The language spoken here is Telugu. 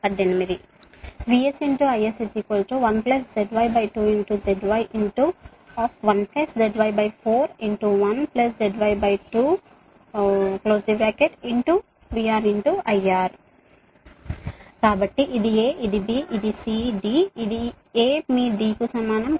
VS IS 1ZY2 Z Y 1ZY4 1ZY2 VR IR కాబట్టి ఇది A ఇది B ఇది C D A మీ D కు సమానం